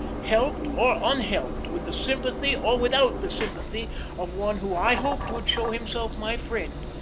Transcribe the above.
helped or unhelped, with the sympathy or without the sympathy of one who i hoped would show himself my friend,